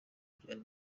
byari